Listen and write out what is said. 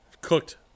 Cooked